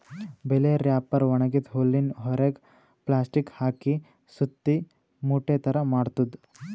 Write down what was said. bell wrapper ಒಣಗಿದ್ದ್ ಹುಲ್ಲಿನ್ ಹೊರೆಗ್ ಪ್ಲಾಸ್ಟಿಕ್ ಹಾಕಿ ಸುತ್ತಿ ಮೂಟೆ ಥರಾ ಮಾಡ್ತದ್